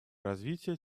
развитие